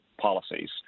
policies